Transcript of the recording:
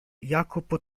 jacopo